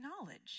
knowledge